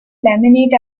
laminate